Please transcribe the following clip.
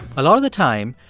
a lot of the time,